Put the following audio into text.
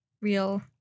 Real